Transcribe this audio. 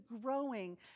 growing